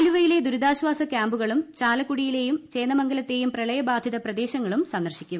ആലുവയിലെ ദുരിതാശ്വാസ ക്യാമ്പുകളും ചാലക്കുടിയിലെയും ചേന്ദമംഗലത്തെയും പ്രളയബാധിതപ്രദേശങ്ങളും സന്ദർശിക്കും